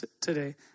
today